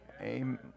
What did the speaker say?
Amen